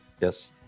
Yes